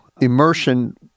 immersion